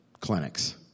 clinics